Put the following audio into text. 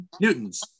Newton's